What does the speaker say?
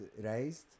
raised